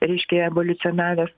reiškia evoliucionavęs